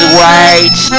White